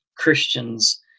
Christians